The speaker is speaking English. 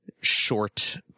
short